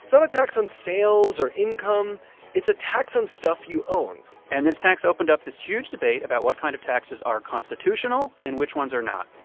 it's not a tax on sales or income it's a tax on stuff you own and this tax opened up this huge debate about what kind of taxes are constitutional and which ones are not.